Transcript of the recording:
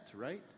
right